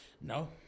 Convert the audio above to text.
No